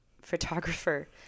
photographer